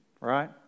Right